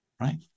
right